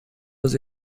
his